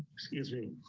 excuse me,